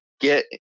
get